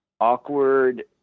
awkward